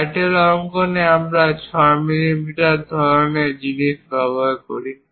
title অঙ্কনে আমরা 6 millimetre ধরণের জিনিস ব্যবহার করি